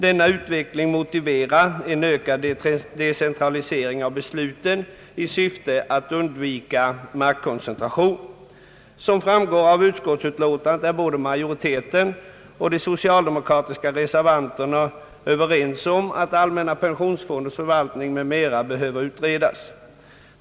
Denna utveckling motiverar en ökad decentralisering av besluten, i syfte att undvika maktkoncentration. Som framgår av utskottsutlåtandet är både majoriteten och de socialdemokratiska reservanterna överens om att allmänna pensionsfondens förvaltning m.m. behöver utredas.